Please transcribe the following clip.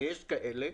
ויש כאלה,